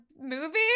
movie